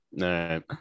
right